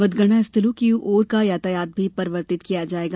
मतगणना स्थलों की ओर का यातायात भी परिवर्तित किया जाएगा